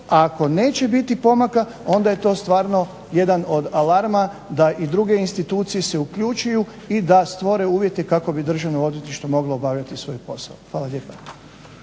ako neće biti pomaka onda je to stvarno jedan od alarma da i druge institucije se uključuju i da stvore uvjete kako bi državno odvjetništvo moglo obavljati svoj posao. Hvala lijepa.